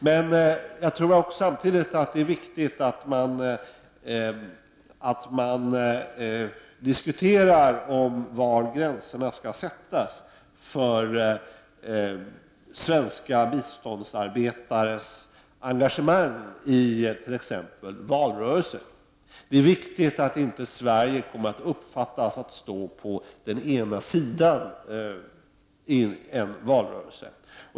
Samtidigt tror jag det är viktigt att diskutera var gränserna skall sättas för svenska biståndsarbetares engagemang i t.ex. en valrörelse. Det är viktigt att Sverige inte uppfattas stå på den ena sidan i en valrörelse.